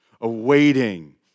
Awaiting